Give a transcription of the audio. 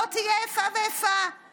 לא תהיה איפה ואיפה,